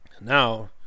Now